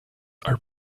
are